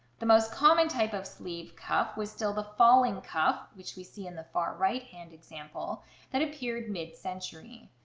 the most common type of sleeve cuff was still the falling cuff which we see in the far right hand example that appeared mid-century.